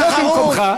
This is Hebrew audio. שב במקומך,